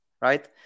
right